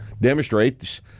demonstrates